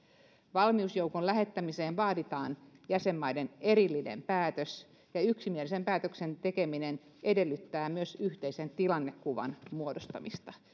valmiusjoukon lähettämiseen vaaditaan jäsenmaiden erillinen päätös yksimielisen päätöksen tekeminen edellyttää myös yhteisen tilannekuvan muodostamista